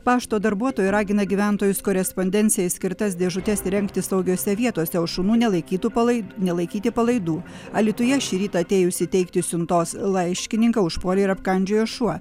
pašto darbuotojai ragina gyventojus korespondencijai skirtas dėžutes įrengti saugiose vietose o šunų nelaikytų palai nelaikyti palaidų alytuje šį rytą atėjus įteikti siuntos laiškininką užpuolė ir apkandžiojo šuo